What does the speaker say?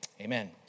Amen